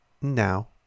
Now